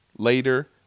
Later